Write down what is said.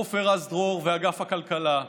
עופר רז-דרור ואגף הכלכלה,